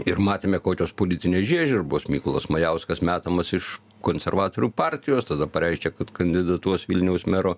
ir matėme kokios politinės žiežirbos mykolas majauskas metamas iš konservatorių partijos tada pareiškė kad kandidatuos vilniaus mero